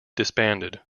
disbanded